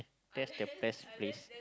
that's the best place